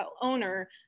owner